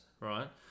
Right